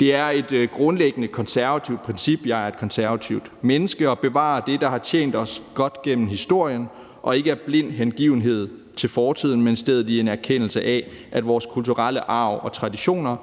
Det er et grundlæggende konservativt princip – jeg er et konservativt menneske – at bevare det, der har tjent os godt gennem historien, ikke af blind hengivenhed til fortiden, men i stedet, i en erkendelse af at vores kulturelle arv og traditioner